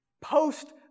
post